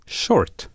short